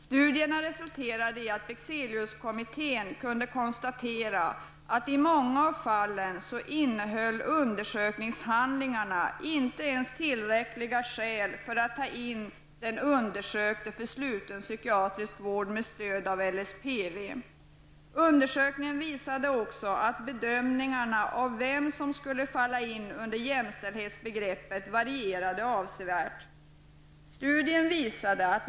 Studierna resulterade i att Bexeliuskommittén kunde konstatera att i många av fallen innehöll undersökningshandlingarna inte ens tillräckliga skäl för att ta in den undersökte för sluten psykiatrisk vård med stöd av LSPV. Undersökningen visade också att bedömningarna av vem som skulle falla in under jämställdhetsbegreppet varierade avsevärt.